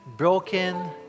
broken